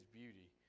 beauty